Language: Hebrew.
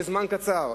בזמן קצר.